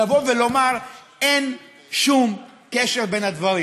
לומר: אין שום קשר בין הדברים.